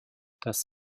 das